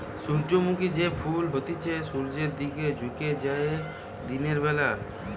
সূর্যমুখী যে ফুল হতিছে সূর্যের দিকে ঝুকে যায় দিনের বেলা